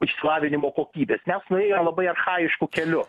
išsilavinimo kokybės mes nuėjom labai archajišku keliu